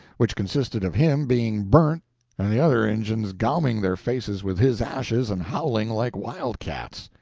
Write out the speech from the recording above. which consisted of him being burnt and the other injuns gauming their faces with his ashes and howling like wildcats.